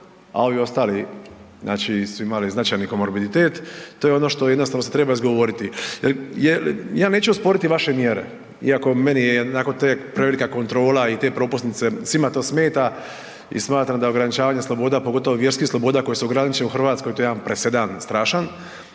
a ovi ostali znači su imali značajan komorbiditet, to je ono što jednostavno se treba izgovoriti. Ja neću osporiti vaše mjere iako, meni je onako, te prevelika kontrola i te propusnice, svima to smeta i smatram da ograničavanje sloboda, pogotovo vjerskih sloboda koje su ograničene u Hrvatskoj, to je jedan presedan strašan,